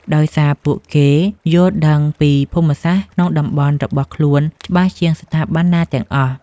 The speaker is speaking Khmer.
ដោយសារពួកគេយល់ដឹងពីភូមិសាស្ត្រក្នុងតំបន់របស់ខ្លួនច្បាស់ជាងស្ថាប័នណាទាំងអស់។